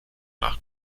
nach